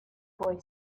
boy